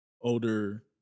older